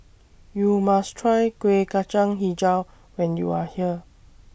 YOU must Try Kueh Kacang Hijau when YOU Are here